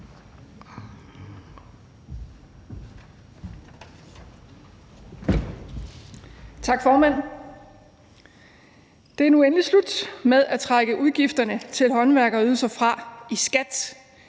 Tak, formand. Det er nu endelig slut med at kunne trække udgifterne til håndværkerydelser fra i skat.